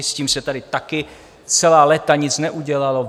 S tím se tady taky celá léta nic neudělalo.